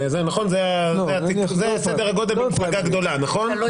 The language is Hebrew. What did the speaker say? זה סדר הגודל במפלגה גדולה, בליכוד.